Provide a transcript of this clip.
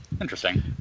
interesting